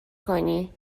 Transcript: کنی